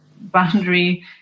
boundary